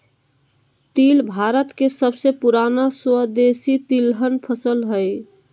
तिल भारत के सबसे पुराना स्वदेशी तिलहन फसल हइ